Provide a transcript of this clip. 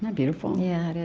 um beautiful? yeah, it is